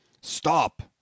Stop